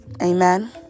amen